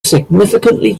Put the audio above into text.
significantly